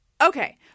Okay